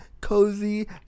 cozy